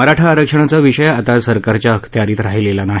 मराठा आरक्षणाचा विषय आता सरकारच्या अखत्यारीत राहिलेला नाही